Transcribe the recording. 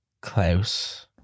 Klaus